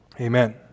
Amen